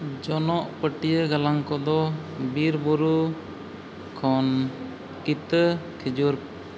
ᱡᱚᱱᱚᱜ ᱯᱟᱹᱴᱭᱟᱹ ᱜᱟᱞᱟᱝ ᱠᱚᱫᱚ ᱵᱤᱨᱼᱵᱩᱨᱩ ᱠᱷᱚᱱ ᱠᱤᱛᱟᱹ ᱠᱷᱮᱡᱩᱨ